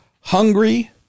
hungry